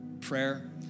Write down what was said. prayer